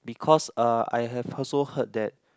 because uh I have also heard that